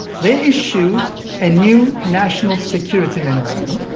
they issued a new, national security memorandum,